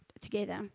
together